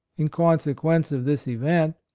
in consequence of this event,